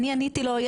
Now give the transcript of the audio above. אני עניתי לו,